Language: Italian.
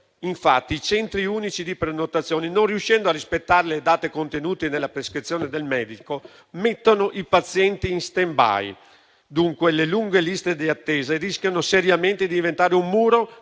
infatti, i centri unici di prenotazione, non riuscendo a rispettare le date indicate nella prescrizione del medico, mettono i pazienti in *standby.* Dunque, le lunghe liste di attesa rischiano seriamente di diventare un muro